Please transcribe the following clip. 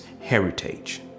heritage